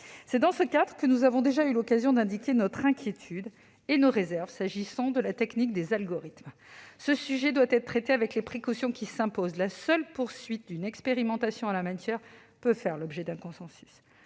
C'est dans ce cadre que nous avons déjà eu l'occasion d'indiquer notre inquiétude et nos réserves s'agissant de la technique des algorithmes. Ce sujet doit être traité avec les précautions qui s'imposent, la seule poursuite d'une expérimentation en la matière peut faire l'objet d'un consensus.